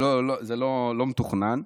זה לא מתוכנן,